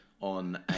on